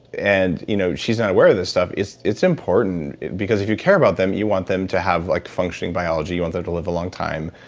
and you know she's not aware of this stuff, it's it's important. because if you care about them, you want them to have like functioning biology you want them to live a long time,